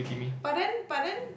but then but then